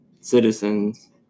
citizens